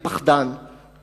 הוא יהיה פחדן,